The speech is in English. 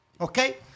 Okay